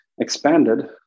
expanded